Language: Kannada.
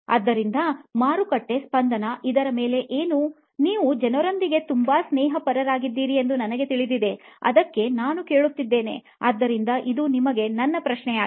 ಆದ್ದರಿಂದ ಮಾರುಕಟ್ಟೆ ಸ್ಪಂದನ ಇದರ ಮೇಲೆ ಏನುನೀವು ಜನರೊಂದಿಗೆ ತುಂಬಾ ಸ್ನೇಹಪರರಾಗಿದ್ದೀರಿ ಎಂದು ನನಗೆ ತಿಳಿದಿದೆ ಅದಕ್ಕೆ ನಾನು ಕೇಳುತ್ತಿದ್ದೇನೆ ಆದ್ದರಿಂದ ಇದು ನಿಮಗೆ ನನ್ನ ಪ್ರಶ್ನೆ ಯಾಗಿದೆ